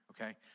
okay